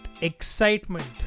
EXCITEMENT